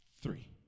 three